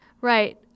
Right